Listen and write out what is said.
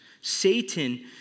Satan